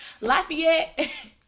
Lafayette